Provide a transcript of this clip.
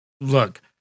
look